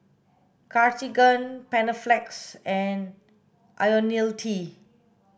Cartigain Panaflex and Ionil T